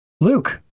Luke